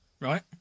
right